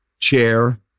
chair